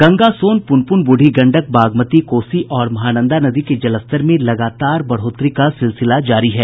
गंगा सोन पुनपुन ब्रुढ़ी गंडक बागमती कोसी और महानंदा नदी के जलस्तर में लगातार बढ़ोतरी का सिलसिला जारी है